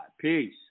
Peace